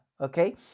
Okay